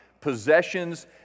Possessions